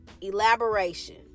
elaboration